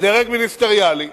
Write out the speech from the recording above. בדרג מיניסטריאלי,